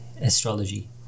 astrology